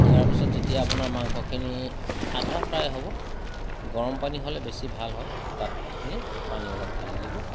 দিয়াৰ পিছত যেতিয়া আপোনাৰ মাংসখিনি আধা ফ্ৰাই হ'ব গৰমপানী হ'লে বেছি ভাল হয় তাত আপুনি পানী অলপ ঢালি দিব